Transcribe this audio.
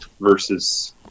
versus